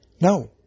No